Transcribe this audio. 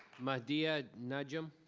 madia najam,